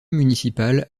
municipale